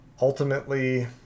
ultimately